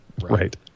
Right